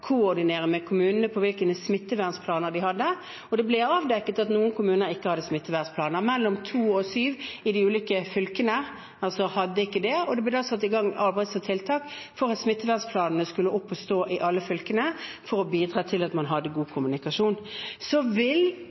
koordinere med kommunene om hvilke smittevernplaner de hadde, og det ble avdekket at noen kommuner ikke hadde smittevernplaner. Mellom to og syv i de ulike fylkene hadde ikke det, og det ble da satt i gang arbeid og tiltak for at smittevernplanene skulle opp å stå i alle fylkene for å bidra til at man hadde god kommunikasjon. Så vil